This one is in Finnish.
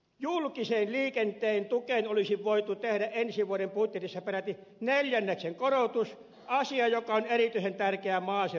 julkisen liikenteen tukeen olisi voitu tehdä ensi vuoden budjetissa peräti neljänneksen korotus asia joka on erityisen tärkeä maaseudulla asuville